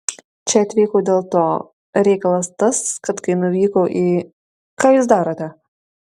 čia atvykau dėl to reikalas tas kad kai nuvykau į ką jūs darote